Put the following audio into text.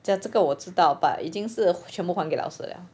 加这个我知 but 已经是全部还给老师了